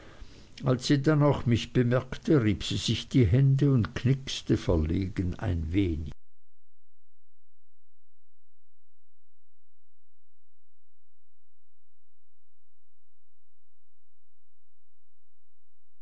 als sie dann auch mich bemerkte rieb sie sich die hände und knixte verlegen ein